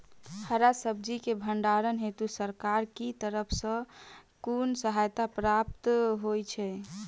हरा सब्जी केँ भण्डारण हेतु सरकार की तरफ सँ कुन सहायता प्राप्त होइ छै?